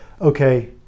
okay